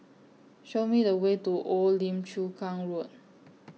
Show Me The Way to Old Lim Chu Kang Road